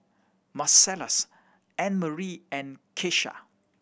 Marcellus Annemarie and Keisha